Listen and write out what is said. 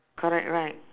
correct right